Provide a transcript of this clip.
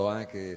anche